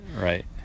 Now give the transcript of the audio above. right